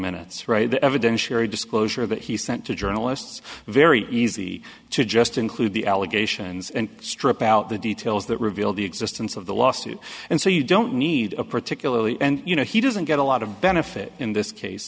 minutes write the evidence carry disclosure that he sent to journalists very easy to just include the allegations and strip out the details that reveal the existence of the lawsuit and so you don't need a particularly and you know he doesn't get a lot of benefit in this case